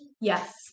Yes